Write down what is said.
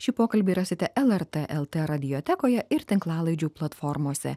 šį pokalbį rasite lrt lt radiotekoje ir tinklalaidžių platformose